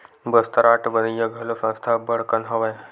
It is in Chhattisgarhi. बस्तर आर्ट बनइया घलो संस्था अब्बड़ कन हवय